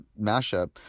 mashup